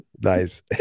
Nice